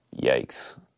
Yikes